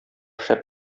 шәп